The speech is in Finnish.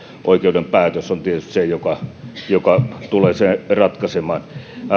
oikeuden päätös on tietysti se joka joka tulee sen ratkaisemaan